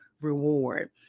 Reward